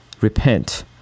Repent